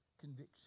Conviction